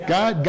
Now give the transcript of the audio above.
God